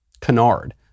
canard